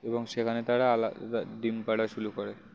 এবং সেখানে তারা আলাদা ডিম পাড়া শুরু করে